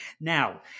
Now